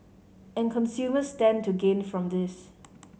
and consumers stand to gain from this